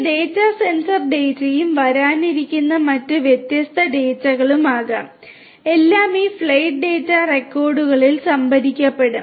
ഈ data sensor ഡാറ്റയും വരാനിരിക്കുന്ന മറ്റ് വ്യത്യസ്ത ഡാറ്റകളുമാകാം എല്ലാം ഈ ഫ്ലൈറ്റ് ഡാറ്റ റെക്കോർഡറുകളിൽ സംഭരിക്കപ്പെടും